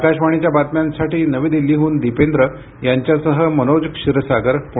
आकाशवाणीच्या बातम्यांसाठी नवी दिल्लीहून दिपेंद्र यांच्यासह मनोज क्षीरसागर पुणे